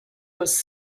was